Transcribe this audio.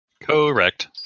Correct